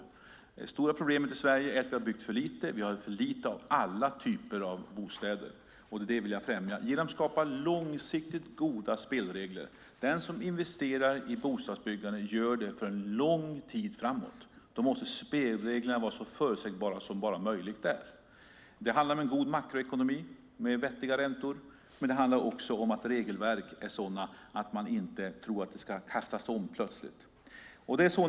Det stora problemet i Sverige är att vi har byggt för lite. Vi har för lite av alla typer av bostäder. Jag vill främja byggandet genom att skapa långsiktigt goda spelregler. Den som investerar i bostadsbyggande gör det för en lång tid framåt. Då måste spelreglerna vara så förutsägbara som bara möjligt är. Det handlar om en god makroekonomi med vettiga räntor. Men det handlar också om att regelverken är sådana att man inte tror att de plötsligt ska kastas om.